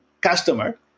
customer